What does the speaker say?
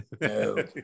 No